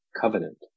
covenant